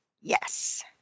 Yes